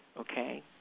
okay